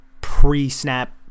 pre-snap